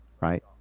right